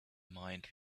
mind